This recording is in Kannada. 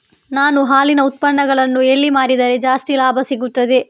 ನಾನು ಹಾಲಿನ ಉತ್ಪನ್ನಗಳನ್ನು ಎಲ್ಲಿ ಮಾರಿದರೆ ಜಾಸ್ತಿ ಲಾಭ ಸಿಗುತ್ತದೆ?